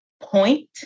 point